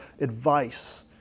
advice